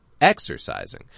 exercising